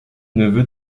neveu